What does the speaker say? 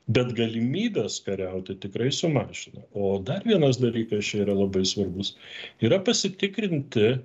bet galimybes kariauti tikrai sumažino o dar vienas dalykas čia yra labai svarbus yra pasitikrinti